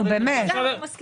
נו, באמת.